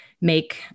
make